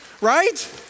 right